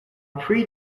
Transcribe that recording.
pre